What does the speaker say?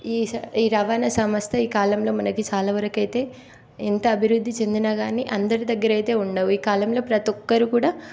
ఈ ఈ రవాణా సంస్థ ఈ కాలంలో మనకి చాలా వరకు అయితే ఎంత అభివృద్ధి చెందినా కానీ అందరి దగ్గర అయితే ఉండవు ఈ కాలంలో ప్రతి ఒక్కరు కూడా